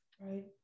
Right